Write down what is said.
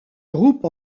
groupe